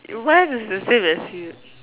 what is the same as you